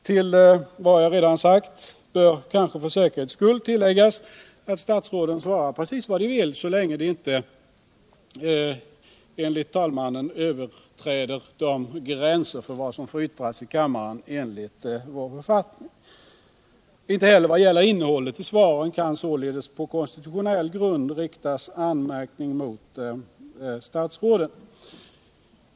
Till vad jag redan har sagt bör kanske för säkerhets skull tilläggas att statsråden svarar precis vad de vill, så länge de inte enligt talmannen överträder gränsen för vad som får yttras i kammaren enligt vår författning. Inte heller vad gäller innehållet i svaren kan man således på konstitutionell grund rikta någon anmärkning mot statsråden.